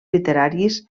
literaris